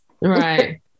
right